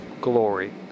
Glory